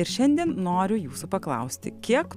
ir šiandien noriu jūsų paklausti kiek